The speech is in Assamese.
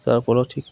তাৰপৰা ঠিক